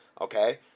okay